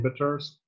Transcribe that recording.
inhibitors